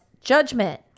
judgment